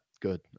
good